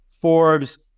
Forbes